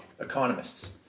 Economists